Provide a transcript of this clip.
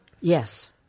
Yes